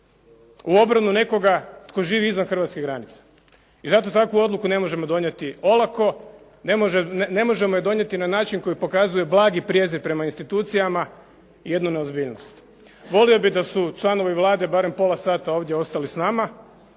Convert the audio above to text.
u obranu nekoga tko živi izvan hrvatske granice i zato takvu odluku ne možemo donijeti olako, ne možemo ju donijeti na način koji pokazuje blagi prijezir prema institucijama i jednu neozbiljnost. Volio bih da su članovi Vlade barem pola sata ovdje ostali s nama,